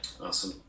Awesome